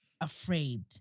afraid